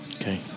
Okay